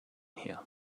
here